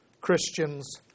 Christians